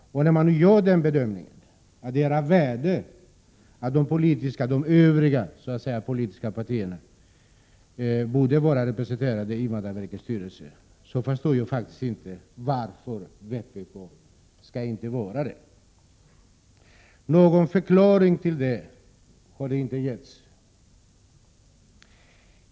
När man gör den bedömningen att det är av värde att de övriga politiska partierna är representerade i invandrarverkets styrelse, så förstår jag inte varför vpk inte skall vara det. Någon förklaring till den bedömningen har inte lämnats.